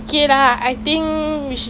it's so nice like ah